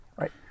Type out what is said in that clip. right